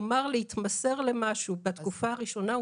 כלומר להתמסר למשהו בתקופה הראשונה,